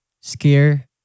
scare